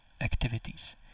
activities